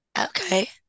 Okay